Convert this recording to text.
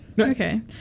Okay